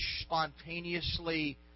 spontaneously